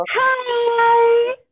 Hi